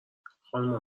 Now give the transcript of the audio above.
خانوما